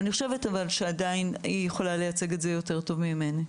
אני חושבת אבל שעדיין היא יכולה לייצג את זה יותר טוב ממני.